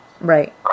Right